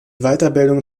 weiterbildung